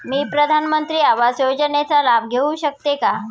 मी प्रधानमंत्री आवास योजनेचा लाभ घेऊ शकते का?